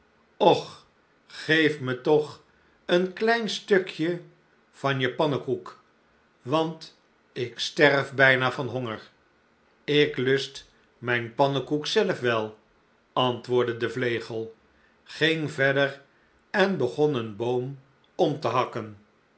och geef me toch een klein stukje van je pannekoek want ik sterf bijna van honger ik lust mijn pannekoek zelf wel antwoordde de vlegel ging verder en begon een boom om te hakken